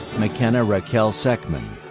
mckenna raquel seckman.